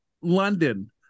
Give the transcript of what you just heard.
london